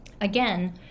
again